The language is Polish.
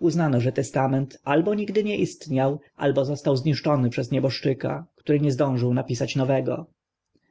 uznano że testament albo nigdy nie istniał albo został zniszczony przez nieboszczyka który nie zdążył napisać nowego